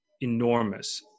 enormous